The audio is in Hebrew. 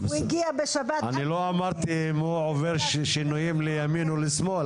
אני לא אמרתי אם הוא עובר שינויים לימין או לשמאל,